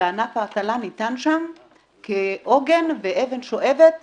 וענף ההטלה ניתן שם כעוגן ואבן שואבת